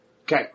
Okay